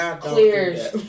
clears